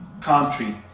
country